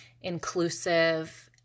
inclusive